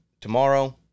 tomorrow